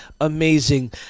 amazing